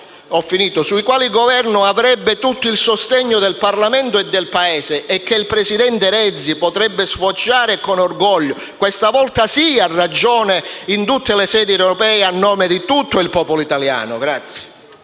sono sicuro - sui quali il Governo avrebbe tutto il sostegno del Parlamento e del Paese e che il presidente Renzi potrebbe sfoggiare con orgoglio - questa volta sì, a ragione - in tutte le sedi europee e a nome di tutto il popolo italiano.